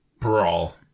brawl